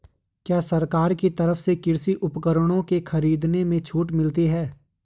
क्या सरकार की तरफ से कृषि उपकरणों के खरीदने में छूट मिलती है?